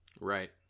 Right